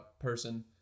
person